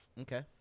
Okay